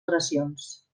oracions